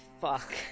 Fuck